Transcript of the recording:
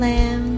Lamb